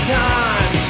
time